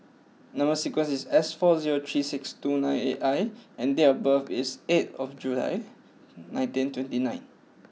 number sequence is S four zero three six two nine eight I and date of birth is eight of July nineteen twenty nine